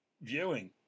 viewing